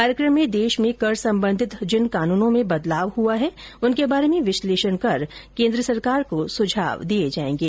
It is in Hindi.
कार्यक्रम में देश में कर सम्बन्धित जिन कानूनों में बदलाव हुआ है उनके बारे में विश्लेषण कर केन्द्र सरकार को सुझाव दिए जाएंगे